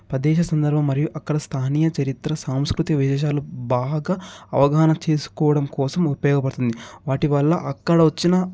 పదేస సందర్భం మరియు అక్కడ స్థానియ చరిత్ర సాంస్కృతి విశేషాలు బాహక అవగాహన చేసుకోవడం కోసం ఉపయోగపడుతుంది వాటి వల్ల అక్కడ వచ్చిన